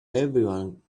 everyone